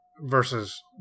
Versus